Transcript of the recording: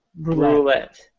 roulette